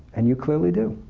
and you clearly do.